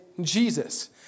Jesus